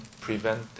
prevent